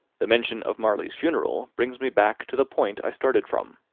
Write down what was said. the mention of marley's funeral brings me back to the point i started from.